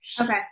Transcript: Okay